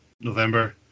November